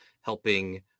helping